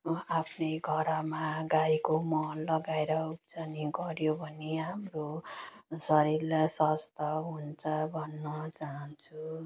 म आफ्नै घरमा गाईको मल लगाएर उब्जनी गऱ्यो भने हाम्रो शरीरलाई स्वास्थ्य हुन्छ भन्न चाहन्छु